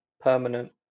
permanent